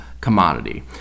commodity